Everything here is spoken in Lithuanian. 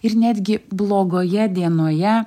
ir netgi blogoje dienoje